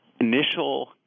initial